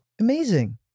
Amazing